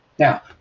Now